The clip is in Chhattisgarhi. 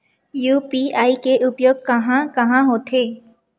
यू.पी.आई के उपयोग कहां कहा होथे?